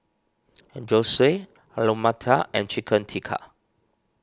Zosui Alu Matar and Chicken Tikka